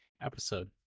episode